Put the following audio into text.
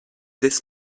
this